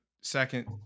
Second